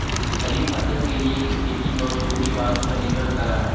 खरीफ फसल के लिए खेती मानसूनी बारिश पर निर्भर करअ हई